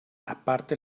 aparte